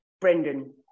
Brendan